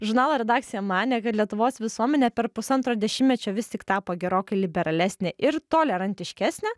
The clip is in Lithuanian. žurnalo redakcija manė kad lietuvos visuomenė per pusantro dešimtmečio vis tik tapo gerokai liberalesnė ir tolerantiškesnė